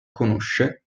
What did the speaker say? conosce